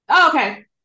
okay